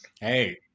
Hey